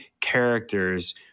characters